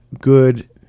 good